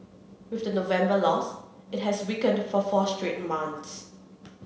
with the November loss it has weakened for four straight months